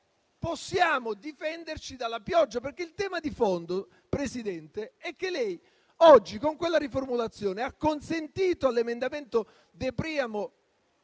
possiamo difenderci dalla pioggia. Il tema di fondo, Presidente, è che lei oggi con quella riformulazione ha consentito all'emendamento a prima